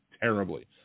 terribly